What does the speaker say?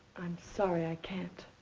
i'm sorry, i can't.